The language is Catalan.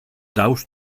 daus